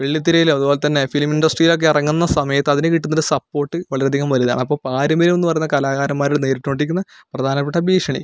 വെള്ളിത്തിരയിലോ അതുപോലെ തന്നെ ഫിലിം ഇൻഡസ്ട്രിയിലോ ഒക്കെ ഇറങ്ങുന്ന സമയത്ത് അതിന് കിട്ടുന്ന ഒരു സപ്പോർട്ട് വളരെയധികം വലുതാണ് അപ്പോൾ പാരമ്പര്യം എന്നു പറയുന്നത് കലാകാരന്മാരെ നേരിട്ടു കൊണ്ടിരിക്കുന്ന പ്രധാനപ്പെട്ട ഭീഷണി